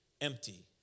empty